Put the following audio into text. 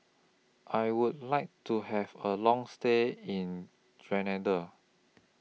I Would like to Have A Long stay in Grenada